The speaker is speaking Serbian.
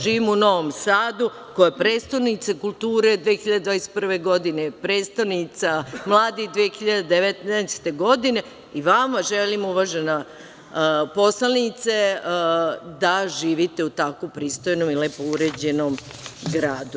Živim u Novom Sadu, koji je prestonica kulture 2021. godine, prestonica mladih 2019. godine, i vama želim, uvažena poslanice, da živite u tako pristojnom i lepom uređenom gradu.